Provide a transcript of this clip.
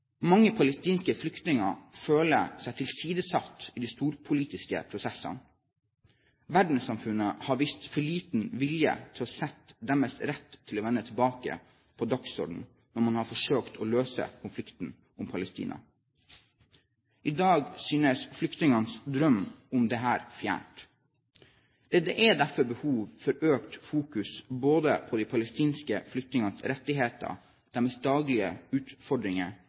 Mange palestinske flyktninger føler seg tilsidesatt i de storpolitiske prosessene. Verdenssamfunnet har vist for liten vilje til å sette deres rett til å vende tilbake på dagsordenen når man har forsøkt å løse konflikten om Palestina. I dag synes flyktningenes drøm om dette fjern. Det er derfor behov for økt fokus på både de palestinske flyktningenes rettigheter, deres daglige utfordringer